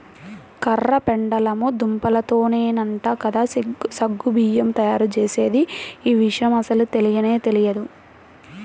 కర్ర పెండలము దుంపతోనేనంట కదా సగ్గు బియ్యం తయ్యారుజేసేది, యీ విషయం అస్సలు తెలియనే తెలియదు